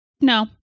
No